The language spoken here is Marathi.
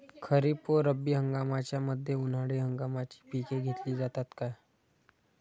खरीप व रब्बी हंगामाच्या मध्ये उन्हाळी हंगामाची पिके घेतली जातात का?